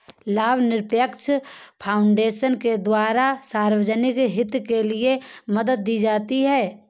लाभनिरपेक्ष फाउन्डेशन के द्वारा सार्वजनिक हित के लिये मदद दी जाती है